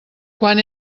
quan